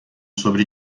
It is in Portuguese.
sobre